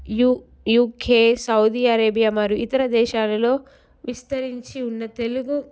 you UK Saudi Arabia మరియు ఇతర దేశాలలో విస్తరించి ఉన్న తెలుగు